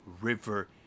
river